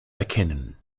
erkennen